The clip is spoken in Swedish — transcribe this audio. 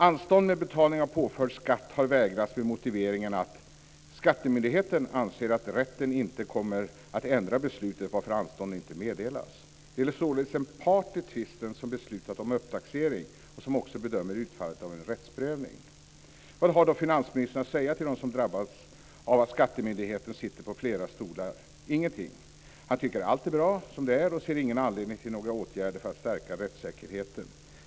Anstånd med betalning av påförd skatt har vägrats med motiveringen att skattemyndigheten anser att rätten inte kommer att ändra beslutet, varför anstånd inte meddelas. Det är således en part i tvisten som beslutar om upptaxering och som också bedömer utfallet av en rättsprövning. Vad har då finansministern att säga till dem som drabbats av att skattemyndigheten sitter på flera stolar? Ingenting. Han tycker att allt är bra som det är och ser ingen anledning till några åtgärder för att stärka rättssäkerheten.